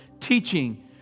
teaching